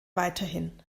weiterhin